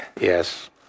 Yes